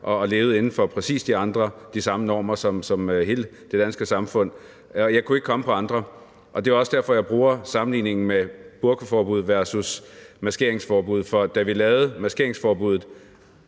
og levet inden for præcis de samme normer som hele det danske samfund – og jeg kunne ikke komme på andre. Det er også derfor, jeg bruger sammenligningen med burkaforbud versus maskeringsforbud, for da vi lavede maskeringsforbuddet,